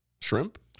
Shrimp